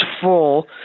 full